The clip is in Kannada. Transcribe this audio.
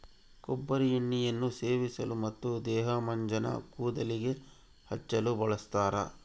ಕೊಬ್ಬರಿ ಎಣ್ಣೆಯನ್ನು ಸೇವಿಸಲು ಮತ್ತು ದೇಹಮಜ್ಜನ ಕೂದಲಿಗೆ ಹಚ್ಚಲು ಬಳಸ್ತಾರ